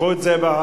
קחו את זה בחשבון.